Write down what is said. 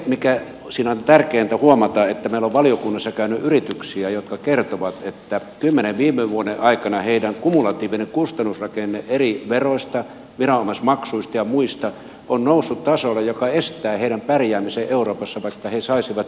mutta siinä on tärkeintä huomata että meillä on valiokunnassa käynyt yrityksiä jotka kertovat että kymmenen viime vuoden aikana heidän kumulatiivinen kustannusrakenteensa eri veroista viranomaismaksuista ja muista on noussut tasolle joka estää heidän pärjäämisensä euroopassa vaikka he saisivat työvoiman ilmaiseksi